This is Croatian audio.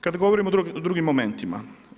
Kad govorimo o drugim momentima.